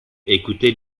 écoutez